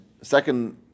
second